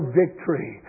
victory